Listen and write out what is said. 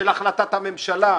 של החלטת הממשלה.